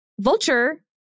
vulture